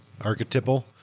archetypal